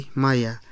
maya